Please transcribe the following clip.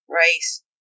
Race